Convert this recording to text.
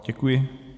Děkuji.